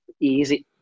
easy